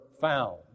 found